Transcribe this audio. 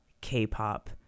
K-pop